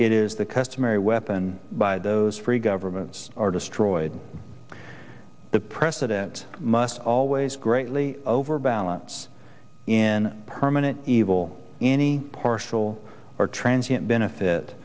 it is the customary weapon by those free governments are destroyed the precedent must always greatly overbalance in permanent evil any partial or transient benefit